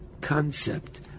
concept